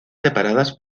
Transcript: separadas